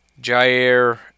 jair